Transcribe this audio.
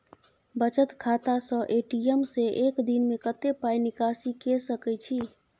बचत खाता स ए.टी.एम से एक दिन में कत्ते पाई निकासी के सके छि?